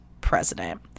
president